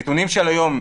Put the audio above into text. הנתונים של היום,